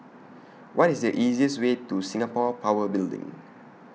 What IS The easiest Way to Singapore Power Building